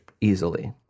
easily